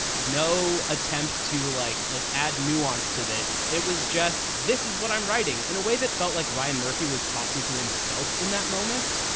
no attempt to like an add nuance to this. it was just this is what i'm writing in a way that felt like ryan murphy was talking to himself in that moment.